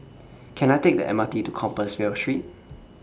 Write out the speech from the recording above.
Can I Take The M R T to Compassvale Street